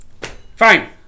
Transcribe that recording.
Fine